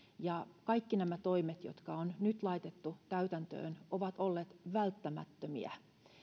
kaikki nämä toimet jotka on nyt laitettu täytäntöön ovat olleet välttämättömiä